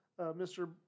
Mr